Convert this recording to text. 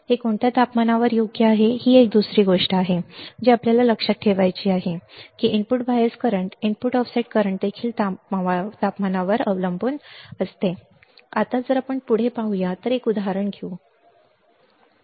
हे कोणत्या तापमानावर योग्य आहे ही एक दुसरी गोष्ट आहे जी आपल्याला लक्षात ठेवायची आहे की input bias current input offset current देखील तापमानावर अवलंबून असते तापमान आता आपण पुढे पाहू या पुढे एक उदाहरण उदाहरण पाहू